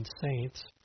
saints